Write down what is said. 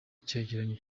cyegeranyo